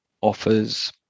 offers